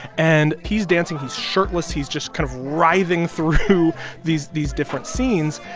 and he's dancing. he's shirtless. he's just kind of writhing through these these different scenes,